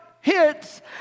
hits